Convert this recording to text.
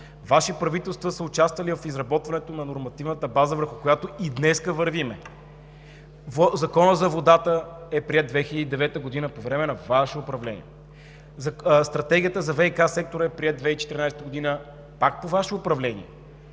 Ваши правителства са участвали в изготвянето на нормативната база, върху която и днес вървим. Законът за водата е приет през 2009 г. по време на Ваше управление. Стратегията за ВиК сектора е приета през 2014 г., пак по Ваше управление.